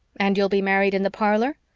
and you'll be married in the parlor?